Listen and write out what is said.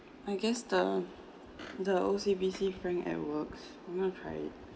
I guess the the O_C_B_C frank it works I'm going to try it